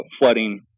flooding